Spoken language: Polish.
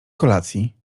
kolacji